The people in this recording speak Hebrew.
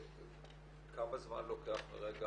כמה זמן לוקח מרגע